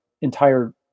entire